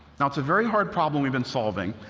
now, it's a very hard problem we've been solving.